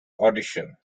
audition